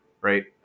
right